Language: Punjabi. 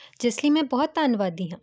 ਜਿਸ ਲਈ ਮੈਂ ਬਹੁਤ ਧੰਨਵਾਦੀ ਹਾਂ